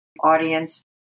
audience